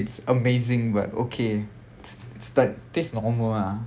I I wouldn't say it's amazing but okay it's like taste normal ah